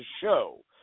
show